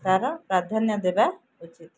ତାର ପ୍ରାଧାନ୍ୟ ଦେବା ଉଚିତ୍